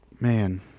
man